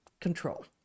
control